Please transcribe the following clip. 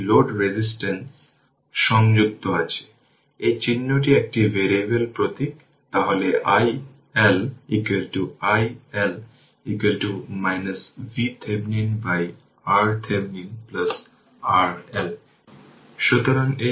উদাহরণস্বরূপ আসুন আমরা i 3 বিবেচনা করি আসুন t i 3 এর জন্য i 3 vt 0 এবং t i 3 এর জন্য vt v0 এটি ইকুয়েশন 31